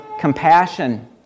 compassion